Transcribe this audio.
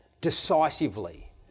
decisively